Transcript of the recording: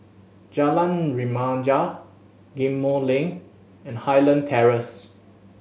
Jalan Remaja Ghim Moh Link and Highland Terrace